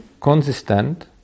consistent